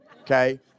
okay